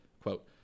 Quote